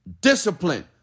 discipline